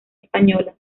española